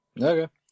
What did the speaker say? Okay